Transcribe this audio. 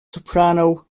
soprano